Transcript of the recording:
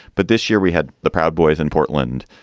but this year we had the proud boys in portland.